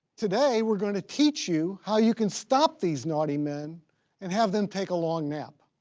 today we're gonna teach you how you can stop these naughty men and have them take a long nap.